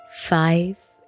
five